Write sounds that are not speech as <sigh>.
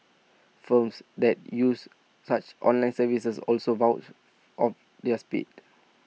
firms that use such online services also vouch <noise> of their speed